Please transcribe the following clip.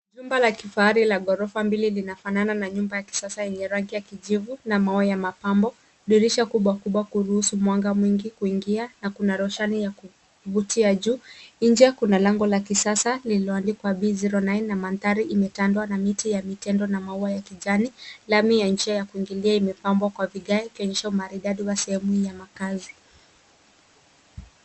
Jumba la kifahari la ghorofa mbili linafanana na nyumba ya kisasa yenye rangi ya kijivu na mawe ya mapambo. Dirisha kubwa kubwa kuhusu mwanga mwingi kuingia na kuna roshani ya kuvutia juu. Nje kuna lango la kisasa lililoandikwa B 09 na mandhari imetandwa na miti ya vitendo na maua ya kijani. Lami ya njia ya kuingililia imepambwa kwa vigae kuonyesha maridadi wa sehemu hii ya makazi.